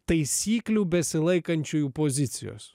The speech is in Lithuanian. taisyklių besilaikančiųjų pozicijos